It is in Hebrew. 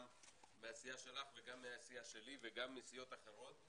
גם מהסיעה שלך וגם מהסיעה שלי וגם מסיעות אחרות,